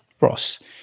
Ross